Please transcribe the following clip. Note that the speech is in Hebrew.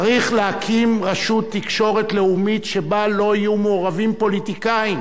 צריך להקים רשות תקשורת לאומית שבה לא יהיו מעורבים פוליטיקאים,